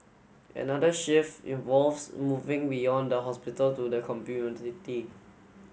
another shift involves moving beyond the hospital to the community